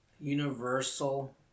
Universal